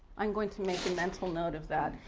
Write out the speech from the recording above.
i'm going to make a mental note of that.